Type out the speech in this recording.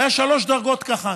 היו שלוש דרגות קח"ן.